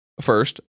First